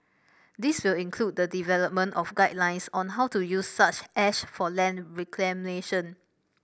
this will include the development of guidelines on how to use such ash for land reclamation